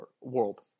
world